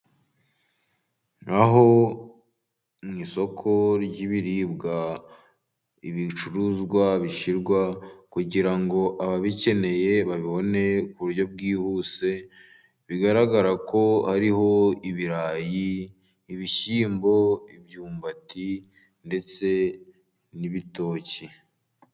Aho mu isoko ry'ibiribwa ibicuruzwa bishyirwa, kugira ngo ababikeneye babibone ku buryo bwihuse, bigaragara ko hariho ibirayi, ibishyimbo, imyumbati, ndetse n'ibitoki.